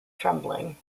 trembling